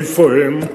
איפה הם?